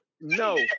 No